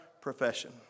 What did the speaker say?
profession